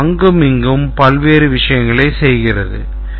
இது அங்கும் இங்கும் பல்வேறு விஷயங்களைச் செய்கிறது